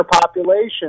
population